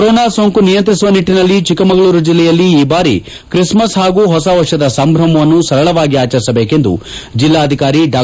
corona ಸೋಂಕು ನಿಯಂತ್ರಿಸುವ ನಿಟ್ಟನಲ್ಲಿ ಚಿಕ್ಕಮಗಳೂರು ಜಿಲ್ಲೆಯಲ್ಲಿ ಈ ಬಾರಿ ಕ್ರಿಸ್ಮಸ್ ಹಾಗೂ ಹೊಸ ವರ್ಷದ ಸಂಭ್ರಮವನ್ನು ಸರಳವಾಗಿ ಆಚರಿಸಬೇಕೆಂದು ಜಿಲ್ಲಾಧಿಕಾರಿ ಡಾ